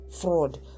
fraud